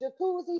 Jacuzzi